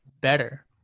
better